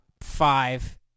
five